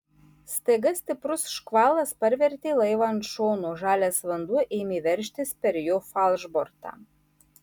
staiga stiprus škvalas parvertė laivą ant šono žalias vanduo ėmė veržtis per jo falšbortą